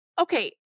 Okay